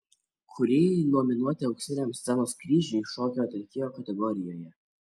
kūrėjai nominuoti auksiniam scenos kryžiui šokio atlikėjo kategorijoje